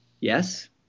Yes